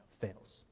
fails